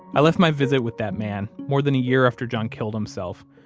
i left my visit with that man, more than a year after john killed himself,